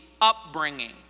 upbringing